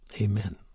Amen